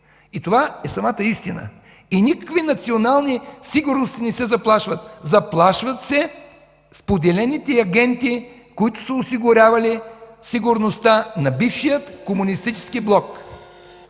Това е самата истина и никакви национални сигурности не се заплашват. Заплашват се споделените агенти, които са осигурявали сигурността на бившия комунистически блок.